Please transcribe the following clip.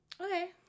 okay